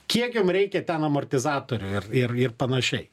kiek jum reikia ten amortizatorių ir ir ir panašiai